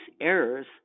errors